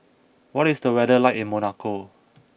what is the weather like in Monaco